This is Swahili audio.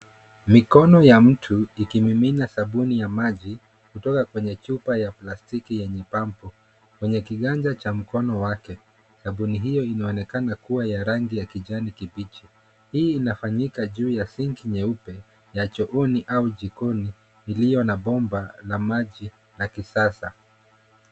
Mikono ya mtu ikimimina sabuni ya maji kutoka kwenye chupa iya plastiki yenye pampu. Kwenye kiganja cha mkono wake, sabuni hio inaonekana kuwa ya rangi ya kijani kibichi. Hii inafanyika juu ya sinki nyeupe ya chooni au jikoni iliyo na bomba la maji la kisasa.